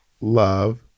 Love